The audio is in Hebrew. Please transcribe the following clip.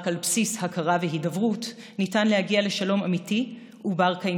רק על בסיס הכרה והידברות ניתן להגיע לשלום אמיתי ובר-קיימא.